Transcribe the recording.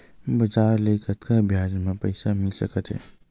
बजार ले कतका ब्याज म पईसा मिल सकत हे?